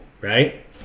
Right